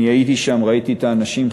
אני הייתי שם, ראיתי את האנשים.